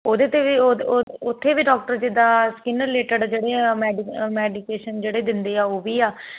ਉਹਦੇ ਤੇ ਵੀ ਉਥੇ ਵੀ ਡਾਕਟਰ ਜਿਦਾਂ ਸਕਿੰਨ ਰਿਲੇਟਡ ਜਿਹੜੀਆਂ ਮੈਡੀਕੇਸ਼ਨ ਜਿਹੜੇ ਦਿੰਦੇ ਆ ਉਹ ਵੀ ਆ